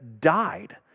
died